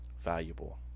valuable